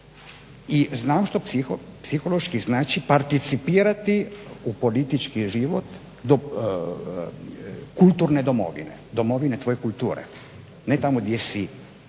i znam što psihološki znači participirati u politički život kulturne Domovine, Domovine tvoje kulture. Ne tamo gdje si